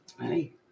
Hey